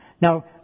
Now